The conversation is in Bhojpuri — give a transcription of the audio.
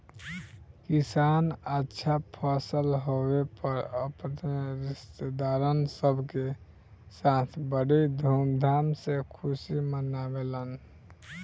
किसान अच्छा फसल होखे पर अपने रिस्तेदारन सब के साथ बड़ी धूमधाम से खुशी मनावेलन